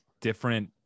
different